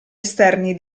esterni